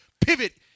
pivot